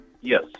Yes